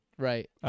Right